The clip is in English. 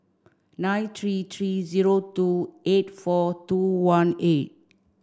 nine three three zero two eight four two one eight